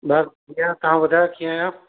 न तव्हां ॿुधायो कीअं आहियो